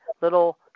little